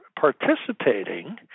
participating